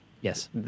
Yes